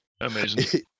Amazing